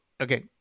okay